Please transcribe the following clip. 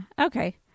Okay